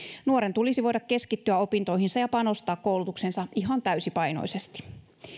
nuoren tulisi voida keskittyä opintoihinsa ja panostaa koulutukseensa ihan täysipainoisesti